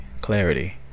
clarity